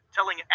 Telling